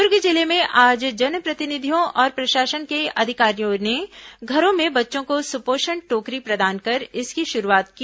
दुर्ग जिले में आज जनप्रतिनिधियों और प्रशासन के अधिकारियों ने घरों में बच्चों को सुपोषण टोकरी प्रदान कर इसकी शुरूआत की